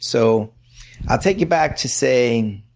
so i'll take you back to, say,